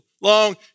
long